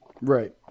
Right